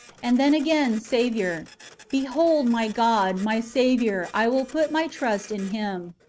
and then again, saviour behold my god, my saviour, i will put my trust in him.